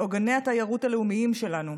מעוגני התיירות הלאומיים שלנו,